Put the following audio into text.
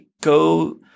go